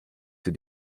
site